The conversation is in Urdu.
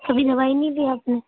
کبھی دوائی نہیں لی آپ نے